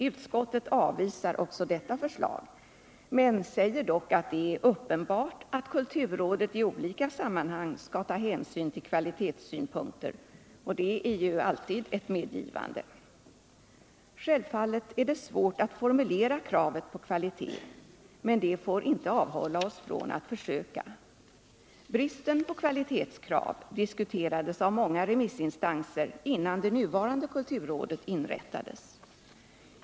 Utskottet avvisar också detta förslag, men säger att det är uppenbart att kulturrådet i olika sammanhang skall ta hänsyn till kvalitetssynpunkter, och det är ju alltid ett medgivande. Självfallet är det svårt att formulera kravet på kvalitet, men det får inte avhålla oss från att försöka. Bristen på kvalitetskrav diskuterades av många remissinstanser, innan det nuvarande kulturrådet inrättades.